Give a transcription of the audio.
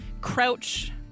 crouch